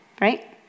Right